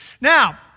Now